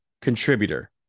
contributor